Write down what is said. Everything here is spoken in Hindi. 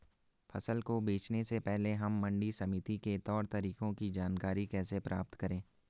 फसल को बेचने से पहले हम मंडी समिति के तौर तरीकों की जानकारी कैसे प्राप्त करें?